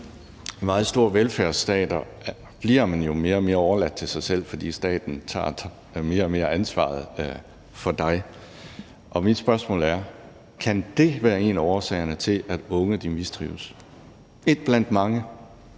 I meget store velfærdsstater bliver man jo mere og mere overladt til sig selv, fordi staten mere og mere tager ansvaret for dig. Og mit spørgsmål er: Kan det være en af årsagerne til, at unge mistrives? En blandt mange.